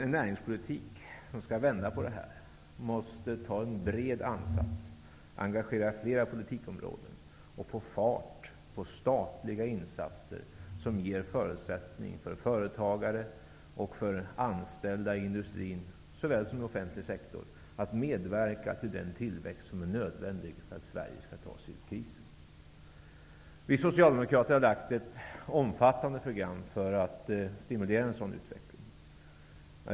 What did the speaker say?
En näringspolitik som skall kunna vända på detta måste ta en bred ansats, engagera flera politikområden och få fart på statliga insatser som ger förutsättning för företagare och anställda i såväl industri som offentlig sektor att medverka till den tillväxt som är nödvändig för att Sverige skall ta sig ur krisen. Vi socialdemokrater har lagt ett omfattande program för att stimulera en sådan utveckling.